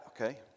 okay